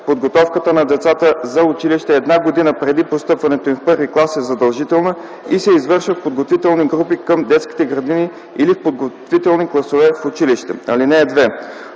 Подготовката на децата за училище една година преди постъпването им в първи клас е задължителна и се извършва в подготвителни групи към детските градини или в подготвителни класове в училище. (2)